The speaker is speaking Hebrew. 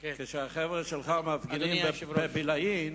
תשמע, אדוני היושב-ראש.